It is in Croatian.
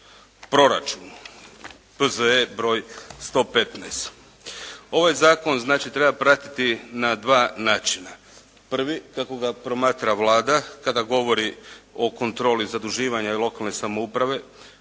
proračunu P.Z.E. br. 115. Ovaj zakon znači treba pratiti na dva načina. Prvi, kako ga promatra Vlada kada govori o kontroli zaduživanja lokalne samouprave,